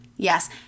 Yes